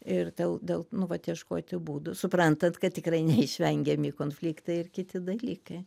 ir dėl dėl nu vat ieškoti būdų suprantat kad tikrai neišvengiami konfliktai ir kiti dalykai